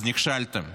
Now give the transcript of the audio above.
אז נכשלתם.